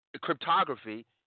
cryptography